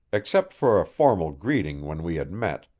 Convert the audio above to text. except for a formal greeting when we had met,